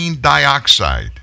dioxide